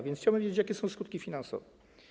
Więc chciałbym się dowiedzieć, jakie są skutki finansowe.